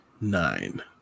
Nine